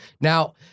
Now